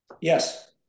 Yes